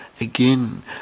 again